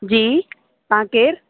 जी तव्हां केरु